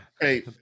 Hey